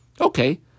Okay